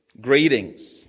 Greetings